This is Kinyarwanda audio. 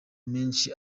menshi